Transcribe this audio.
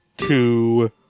Two